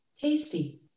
Tasty